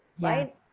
Right